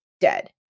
dead